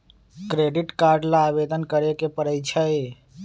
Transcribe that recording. credit card ला आवेदन करे के परई छई